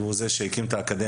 הוא זה שהקים את האקדמיה.